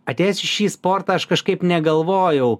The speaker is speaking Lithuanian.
atėjęs į šį sportą aš kažkaip negalvojau